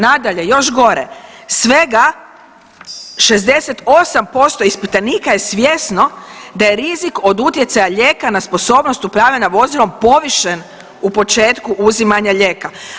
Nadalje, još gore svega 68% ispitanika je svjesno da je rizik od utjecaja lijeka na sposobnost upravljanja vozilom povišen u početku uzimanja lijeka.